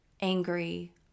angry